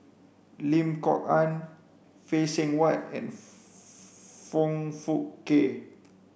Lim Kok Ann Phay Seng Whatt and Foong Fook Kay